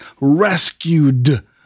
rescued